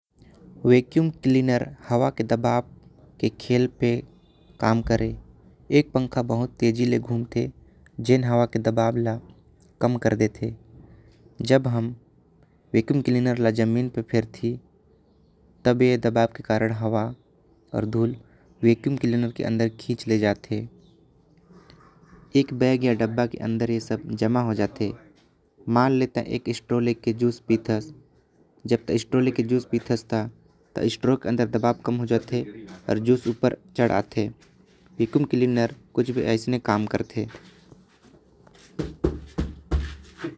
Vacuum cleaner हवा के दबाओ के खेल पे काम करे। एक पंखा भूत तेजी ले घूमते जैन हवा के दबाओ ल कम कर देते। जब हम वैक्यूम क्लीनर ल जमीन में फेरती। तब ए दबाओ के कारण हवा आऊ। धूल वैक्यूम क्लीनर के अंदर खींच ले। जाते एक बैग आऊ डब्बा के अंदर ए जमा हो जाते। मन ले तो इक स्ट्रो लेकर जूस पितस त तब स्ट्रो के अंदर दबाव कम हो जाते। आऊ जूस ऊपर चढ़ आते वैक्यूम क्लीनर कुछ ऐसने काम करते।